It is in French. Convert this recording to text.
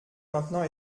maintenant